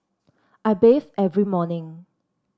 I bathe every morning